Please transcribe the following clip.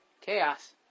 Chaos